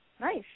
nice